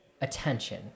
attention